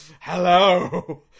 Hello